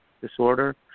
disorder